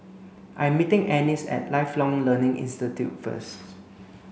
I'm meeting Annis at Lifelong Learning Institute first